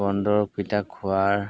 বন দৰবকেইটা খোৱাৰ